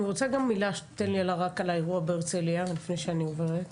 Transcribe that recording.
אני רוצה רק מילה שתתן לי על האירוע בהרצליה לפני שאני עוברת.